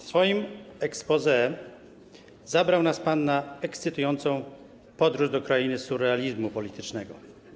W swoim exposé zabrał nas pan na ekscytującą podróż do krainy surrealizmu politycznego.